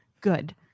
good